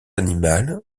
animal